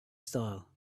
style